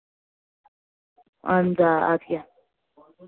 اَہن حظ آ اَدٕ کیٛاہ